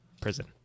prison